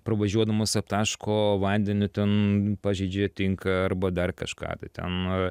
pravažiuodamos aptaško vandeniu ten pažeidžia jie tinką arba dar kažką tai ten a